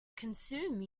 consume